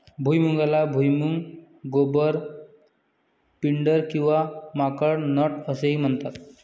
भुईमुगाला भुईमूग, गोबर, पिंडर किंवा माकड नट असेही म्हणतात